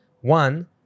One